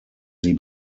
sie